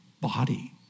body